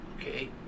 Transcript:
okay